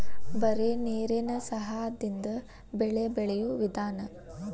ಬರೇ ನೇರೇನ ಸಹಾದಿಂದ ಬೆಳೆ ಬೆಳಿಯು ವಿಧಾನಾ